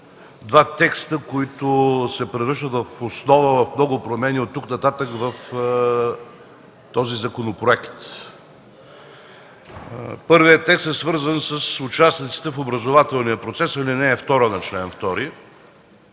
два текста, които се превръщат в основа за много промени оттук нататък в този законопроект. Първият текст е свързан с участниците на образователния процес – ал. 2 на чл. 2.